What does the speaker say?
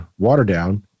Waterdown